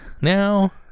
now